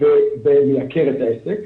ומייקר את העסק.